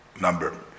number